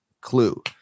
clue